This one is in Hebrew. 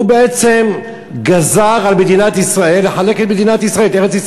הוא בעצם גזר על מדינת ישראל לחלק את ארץ-ישראל.